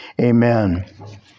Amen